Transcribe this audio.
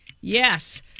Yes